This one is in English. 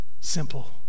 simple